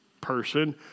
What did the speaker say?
person